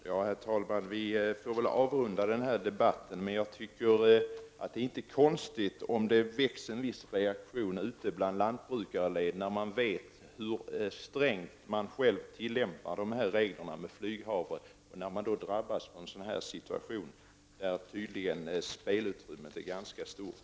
Herr talman! Vi får väl avrunda denna debatt, men jag tycker inte att det är konstigt om det har uppstått en viss reaktion ute i lantbrukarnas led. Man tillämpar själv strängt flyghavrereglerna, men i andra fall är spelutrymmet tydligen ganska stort.